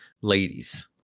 ladies